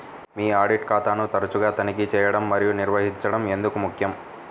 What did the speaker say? మీ audit ఖాతాను తరచుగా తనిఖీ చేయడం మరియు నిర్వహించడం ఎందుకు ముఖ్యం?